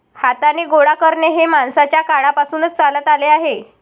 हाताने गोळा करणे हे माणसाच्या काळापासून चालत आले आहे